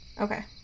Okay